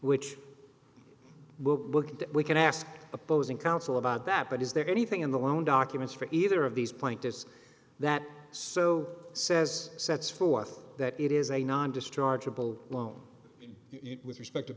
which will look at that we can ask opposing counsel about that but is there anything in the loan documents for either of these plaintiffs that so says sets forth that it is a non dischargeable loan with respect to